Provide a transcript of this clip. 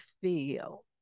feel